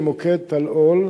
למוקד "טלאול"